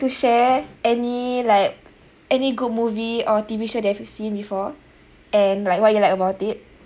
to share any like any good movie or T_V show that you've seen before and like what you like about it